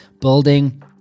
building